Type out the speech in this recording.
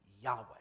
Yahweh